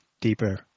deeper